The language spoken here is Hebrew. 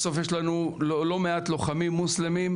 בסוף יש לנו לא מעט לוחמים מוסלמים.